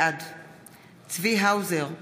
בעד צבי האוזר,